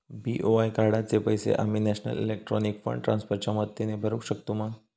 BOI कार्डाचे पैसे आम्ही नेशनल इलेक्ट्रॉनिक फंड ट्रान्स्फर च्या मदतीने भरुक शकतू मा?